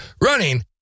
running